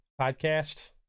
Podcast